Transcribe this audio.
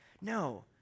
No